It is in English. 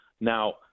Now